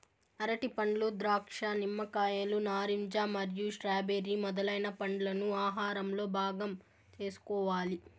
అరటిపండ్లు, ద్రాక్ష, నిమ్మకాయలు, నారింజ మరియు స్ట్రాబెర్రీ మొదలైన పండ్లను ఆహారంలో భాగం చేసుకోవాలి